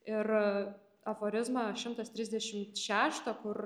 ir aforizmą šimtas trisdešim šeštą kur